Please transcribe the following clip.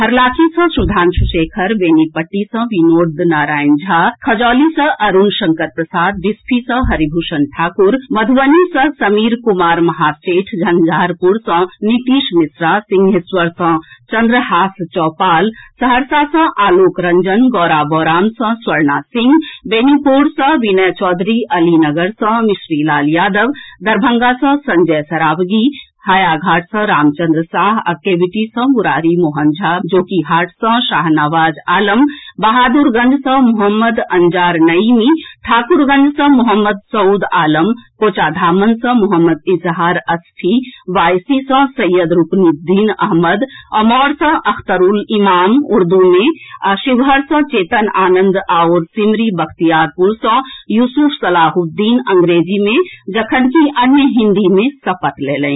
हरलाखी सँ सुधांशु शेखर बेनीपट्टी सँ विनोद नारायण झा खजौली सँ अरूण शंकर प्रसाद बिस्फी सँ हरिभूषण ठाकुर मधुबनी सँ समीर कुमार महासेठ झंझारपुर सँ नीतीश मिश्रा सिंहेश्वर सँ चंद्रहास चौपाल सहरसा सँ आलोक रंजन गौराबौराम सँ स्वर्णा सिंह बेनीपुर सँ विनय चौधरी अलीनगर सँ मिश्री लाल यादव दरभंगा सँ संजय सरावगी हायाघाट सँ रामचन्द्र साह आ केवटी सँ मुरारी मोहन झा जोकीहाट सँ शाहनवाज आलम बहादुरगंज सँ मोहम्मद अंजार नईमी ठाकुरगंज सँ मोहम्मद सउद आलम कोचाधामन सँ मोहम्मद इजहार असफी बायसी सँ सैयद रूकनुद्दीन अहमद अमौर सँ अख्तरूल इमान उर्दू मे आ शिवहर सँ चेतन आनंद आओर सिमरी बख्तियारपुर सँ यूसुफ सलाहुद्दीन अंग्रेजी मे जखनकि अन्य हिन्दी मे सपत लेलनि